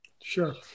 Sure